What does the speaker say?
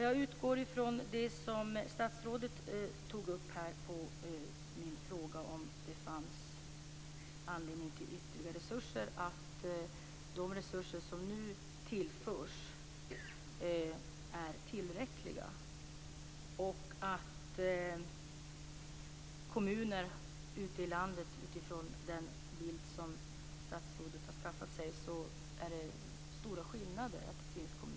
Jag utgår ifrån det som statsrådet svarade på min fråga om det fanns anledning att fördela ytterligare resurser, att de resurser som nu tillförs är tillräckliga och att det utifrån den bild som statsrådet har skaffat sig finns stora skillnader mellan kommunerna i landet.